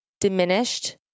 diminished